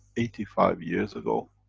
eighty five years ago,